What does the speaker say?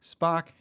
Spock